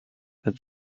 that